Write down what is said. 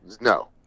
No